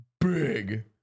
big